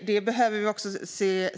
Vi behöver